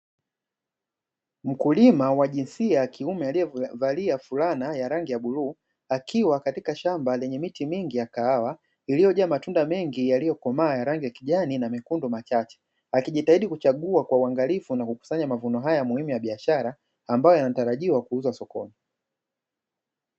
Mkulima wa jinsia ya kiume aliyevalia fulana ya rangi ya bluu akiwa katika shamba lenye miti mingi ya kahawa, iliyojaa matunda mengi yaliyokomaa ya rangi ya kijani na mekundu machache, akijitahidi kuchagua kwa uangalifu na kukusanya mavuno haya muhimu ya biashara ambayo yanatarajiwa kuuzwa sokoni.